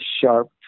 sharp